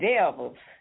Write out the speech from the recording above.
Devils